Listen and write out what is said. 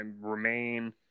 remain